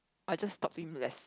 I'll just talk to him less